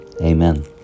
Amen